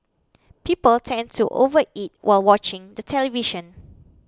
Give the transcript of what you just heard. people tend to overeat while watching the television